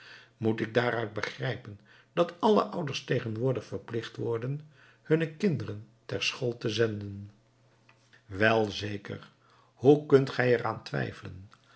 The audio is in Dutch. moet ik daaruit begrijpen dat alle ouders tegenwoordig verplicht worden hunne kinderen ter school te zenden wel zeker hoe kunt gij er aan twijfelen